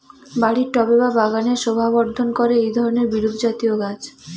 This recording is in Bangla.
বাড়ির টবে বা বাগানের শোভাবর্ধন করে এই ধরণের বিরুৎজাতীয় গাছ